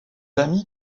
amis